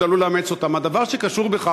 אל תיתן לו רעיונות, הוא עוד עלול לאמץ אותם.